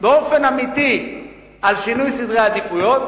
באופן אמיתי על שינוי סדרי עדיפויות,